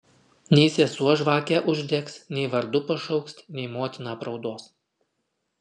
nei sesuo žvakę uždegs nei vardu pašauks nei motina apraudos